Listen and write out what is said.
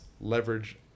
leverage